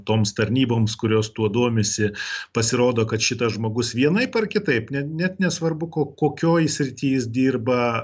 toms tarnyboms kurios tuo domisi pasirodo kad šitas žmogus vienaip ar kitaip net net nesvarbu ko kokioj srity jis dirba